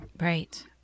Right